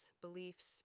beliefs